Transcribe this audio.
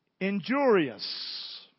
Injurious